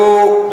או,